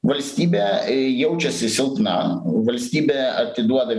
valstybė jaučiasi silpna valstybė atiduoda